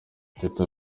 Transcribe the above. teta